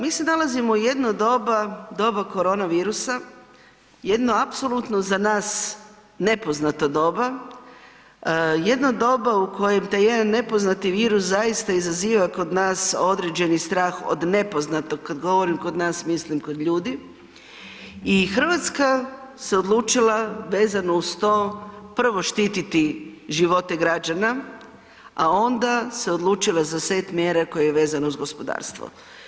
Mi se nalazimo u jedno doba, doba korona virusa, jedno apsolutno za nas nepoznato doba, jedno doba u kojem taj jedan nepoznati virus zaista izaziva kod nas određeni strah od nepoznatog, kad govorim kod nas mislim kod ljudi i Hrvatska se odlučila vezano uz to prvo štititi živote građana, a onda se odlučila za set mjera koji je vezan uz gospodarstvo.